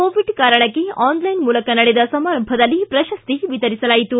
Covid ಕಾರಣಕ್ಕೆ online ಮೂಲಕ ನಡೆದ ಸಮಾರಂಭದಲ್ಲಿ ಪ್ರಶಸ್ತಿ ವಿತರಿಸಲಾಯಿತು